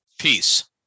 peace